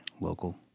local